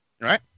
Right